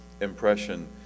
impression